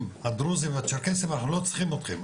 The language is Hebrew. הדרוזים והצ'רקסים אנחנו לא צריכים אתכם,